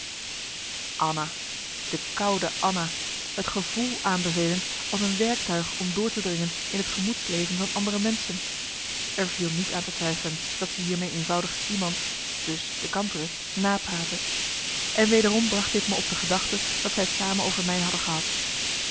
anna de koude anna het gevoel aanbevelend als een werktuig om door te dringen in het gemoedsleven van andere menschen er viel niet aan te twijfelen dat ze hiermee eenvoudig iemand dus de kantere napraatte en wederom bracht dit me op de gedachte dat zij t samen over mij hadden gehad